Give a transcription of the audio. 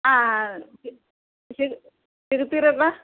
ಹಾಂ ಹಾಂ ಮೇಡಮ್ ಶಿಗ್ ಸಿಗ್ತೀರಲ್ಲ